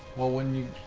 well, when you